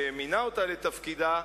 שמינה אותה לתפקידה,